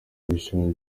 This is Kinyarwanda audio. ibishashi